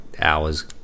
hours